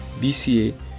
BCA